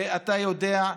ואתה יודע,